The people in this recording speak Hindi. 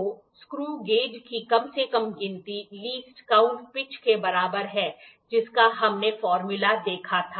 तो स्क्रू गेज की कम से कम गिनती LC पिच के बराबर है जिसका हमने फार्मूला देखा था